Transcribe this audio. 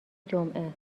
جمعه